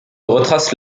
retrace